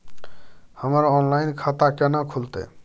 हमर ऑनलाइन खाता केना खुलते?